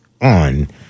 on